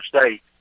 state